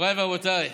מוריי ורבותיי,